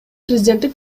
президенттик